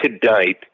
tonight